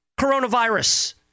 coronavirus